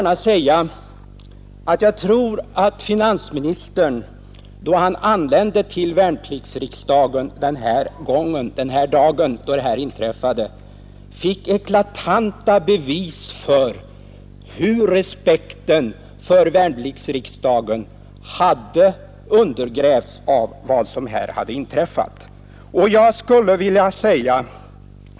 När försvarsministern anlände till värnpliktsriksdagen den dag då här diskuterade händelser inträffade fick han troligen eklatanta bevis för hur respekten för värnpliktsriksdagen hade undergrävts genom säkerhetsmännens närvaro.